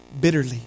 bitterly